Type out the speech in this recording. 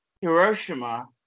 Hiroshima